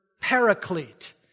paraclete